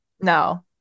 No